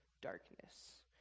darkness